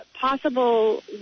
possible